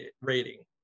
rating